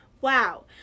Wow